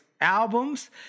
albums